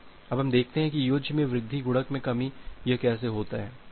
अब हम देखते हैं कि योज्य में वृद्धि गुणक में कमी यह कैसे होता है